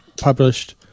published